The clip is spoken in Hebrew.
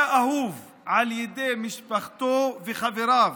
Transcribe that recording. היה אהוב על ידי משפחתו וחבריו,